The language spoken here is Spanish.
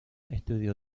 estudio